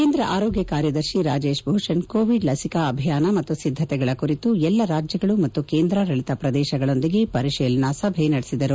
ಕೇಂದ್ರ ಆರೋಗ್ಯ ಕಾರ್ಯದರ್ಶಿ ರಾಜೇಶ್ ಭೂಷಣ್ ಕೋವಿಡ್ ಲಸಿಕಾ ಅಭಿಯಾನ ಮತ್ತು ಸಿದ್ದತೆಗಳ ಕುರಿತು ಎಲ್ಲಾ ರಾಜ್ಯಗಳು ಮತ್ತು ಕೇಂದ್ರಾಡಳಿತ ಪ್ರದೇಶಗಳೊಂದಿಗೆ ಪರಿಶೀಲನಾ ಸಭೆ ನಡೆಸಿದರು